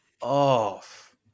off